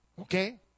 okay